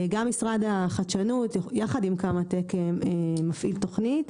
גם משרד החדשנות יחד עם 'Kamatech' מפעיל תכנית.